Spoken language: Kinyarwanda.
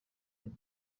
pius